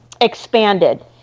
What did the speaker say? expanded